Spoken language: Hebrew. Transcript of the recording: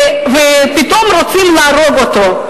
ופתאום רוצים להרוג אותו.